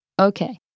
Okay